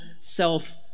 self